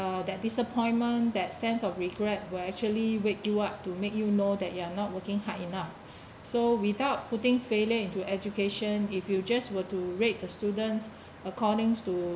uh that disappointment that sense of regret will actually wake you up to make you know that you are not working hard enough so without putting failure into education if you just were to rate the students accordings to